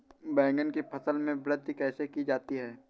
बैंगन की फसल में वृद्धि कैसे की जाती है?